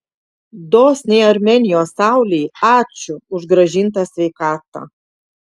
dosniai armėnijos saulei ačiū už grąžintą sveikatą